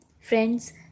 Friends